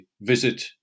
visit